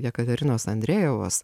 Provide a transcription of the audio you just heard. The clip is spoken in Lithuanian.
jekaterinos andrejevos